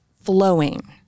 flowing